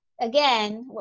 again